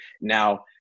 now